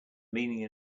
meaning